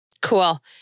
Cool